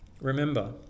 Remember